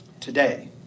today